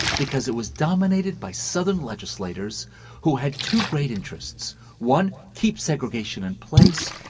because it was dominated by seven legislators who had two great interests one, keep segregation in place,